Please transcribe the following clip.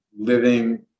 Living